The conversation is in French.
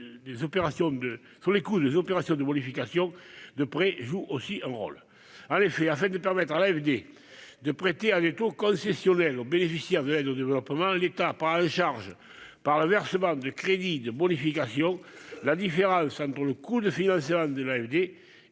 sur le coût des opérations de bonification de prêts jouent aussi un rôle. En effet, afin de permettre à l'AFD de prêter à des taux concessionnels aux bénéficiaires de l'aide au développement, l'État prend en charge, par le versement de crédits de bonification, la différence entre le coût de financement de l'AFD